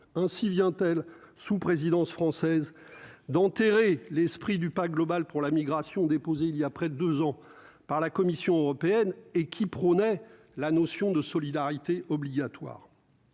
ainsi vient sous présidence française d'enterrer l'esprit du pacte global pour la migration déposé il y a près de 2 ans par la Commission européenne et qui prônait la notion de solidarité obligatoire.